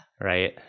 Right